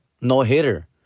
no-hitter